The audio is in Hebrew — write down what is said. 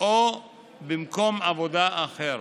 או במקום עבודה אחר.